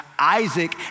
Isaac